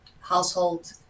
household